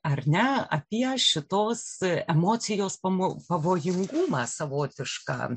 ar ne apie šitos emocijos pamo pavojingumą savotišką